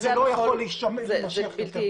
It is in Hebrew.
זה לא יכול להימשך כך.